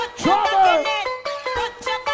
trouble